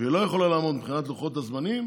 והיא לא יכולה לעמוד בהם מבחינת לוחות הזמנים,